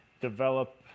develop